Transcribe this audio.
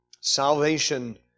Salvation